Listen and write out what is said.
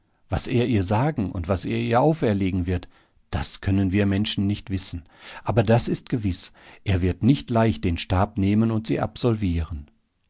was er ihr sagen und was er ihr auferlegen wird das können wir menschen nicht wissen aber das ist gewiß er wird nicht leicht den stab nehmen und sie absolvieren